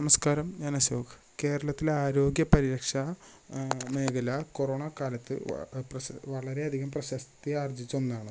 നമസ്ക്കാരം ഞാൻ അശോക് കേരളത്തിലെ ആരോഗ്യ പരിരക്ഷ മേഖല കൊറോണ കാലത്ത് പ്രശ് വളരെ അധികം പ്രശസ്തിയാർജിച്ച ഒന്നാണ്